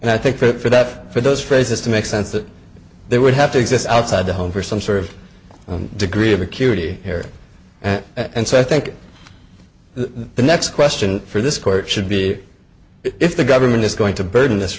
and i think that for that for those phrases to make sense that they would have to exist outside the home for some sort of dick we have a cutie here and so i think the next question for this court should be if the government is going to burden this